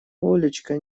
олечка